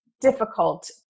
difficult